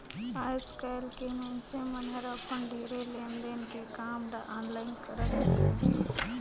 आएस काएल के मइनसे मन हर अपन ढेरे लेन देन के काम ल आनलाईन करत अहें